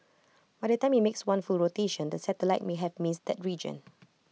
by the time IT makes one full rotation the satellite may have missed region